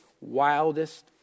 wildest